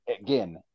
again